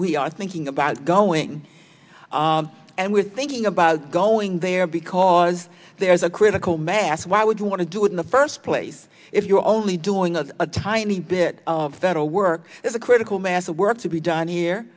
we are thinking about going and we're thinking about going there because there's a critical mass why would you want to do it in the first place if you're only doing us a tiny bit of federal work is a critical mass of work to be done here